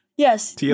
Yes